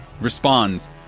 responds